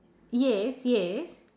yes yes